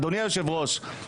אדוני היושב-ראש,